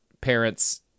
parents